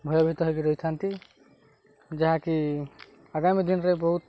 ଭୟଭୀତ ହେଇକି ରହିଥାନ୍ତି ଯାହାକି ଆଗାମୀ ଦିନରେ ବହୁତ